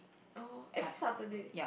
oh every Saturday